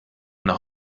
nach